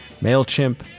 MailChimp